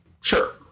Sure